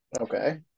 Okay